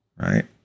Right